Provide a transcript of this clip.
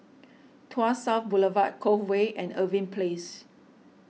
Tuas South Boulevard Cove Way and Irving Place